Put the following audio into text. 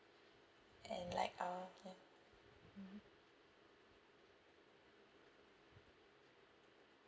and like uh ya mmhmm